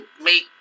make